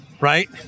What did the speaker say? right